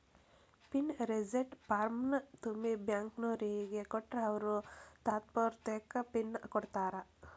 pin reset ಫಾರ್ಮ್ನ ತುಂಬಿ ಬ್ಯಾಂಕ್ನೋರಿಗ್ ಕೊಟ್ರ ಅವ್ರು ತಾತ್ಪೂರ್ತೆಕ ಪಿನ್ ಕೊಡ್ತಾರಾ